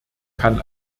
kann